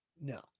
No